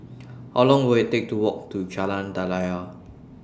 How Long Will IT Take to Walk to Jalan Daliah